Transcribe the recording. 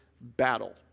battle